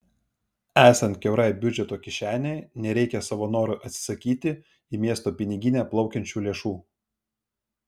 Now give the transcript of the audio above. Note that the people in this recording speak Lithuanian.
esant kiaurai biudžeto kišenei nereikia savo noru atsisakyti į miesto piniginę plaukiančių lėšų